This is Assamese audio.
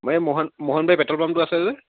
এই মোহ মোহনবাৰী পেট্ৰল পাম্পটো আছে যে